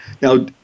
Now